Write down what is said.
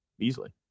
easily